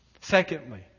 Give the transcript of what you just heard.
Secondly